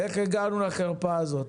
איך הגענו לחרפה הזאת.